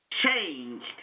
changed